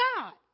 God